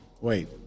wait